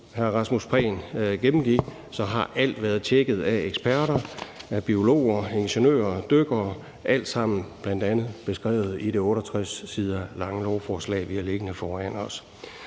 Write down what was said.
hr. Rasmus Prehn gennemgik, har alt været tjekket af eksperter, af biologer og af ingeniører og dykkere, og det er alt sammen bl.a. beskrevet i det 68 sider lange lovforslag, vi har liggende foran os.